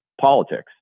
politics